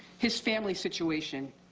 his family situation,